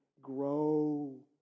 grow